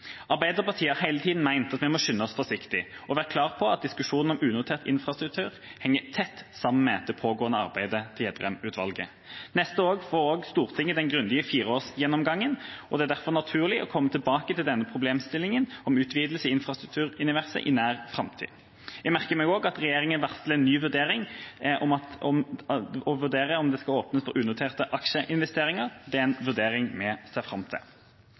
Arbeiderpartiet har hele tida ment at vi må skynde oss forsiktig, og vært klar på at diskusjonen om unotert infrastruktur henger tett sammen med det pågående arbeidet til Gjedrem-utvalget. Neste år får Stortinget også den grundige 4-årsgjennomgangen, og det er derfor naturlig å komme tilbake til denne problemstillingen, om utvidelse i infrastrukturuniverset, i nær framtid. Jeg merker meg også at regjeringa varsler en ny vurdering av om det skal åpnes for unoterte aksjeinvesteringer. Det er en vurdering vi ser fram til.